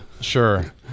sure